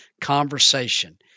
conversation